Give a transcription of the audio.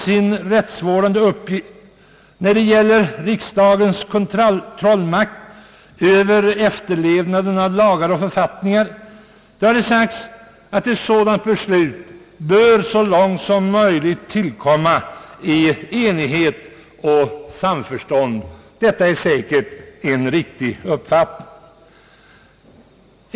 Eftersom det gäller riksdagens kontrollmakt över efterlevnaden av lagar och författningar, har det sagts att ett beslut så långt som möjligt bör tillkomma i enighet och samförstånd. Det är säkert en riktig uppfattning.